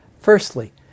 Firstly